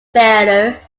failure